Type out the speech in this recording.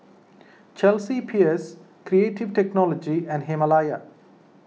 Chelsea Peers Creative Technology and Himalaya